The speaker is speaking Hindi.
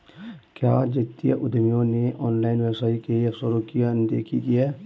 क्या जातीय उद्यमियों ने ऑनलाइन व्यवसाय के अवसरों की अनदेखी की है?